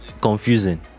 confusing